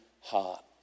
heart